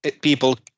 people